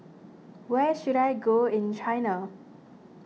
where should I go in China